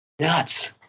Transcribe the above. Nuts